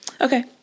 okay